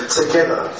together